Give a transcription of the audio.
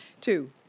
two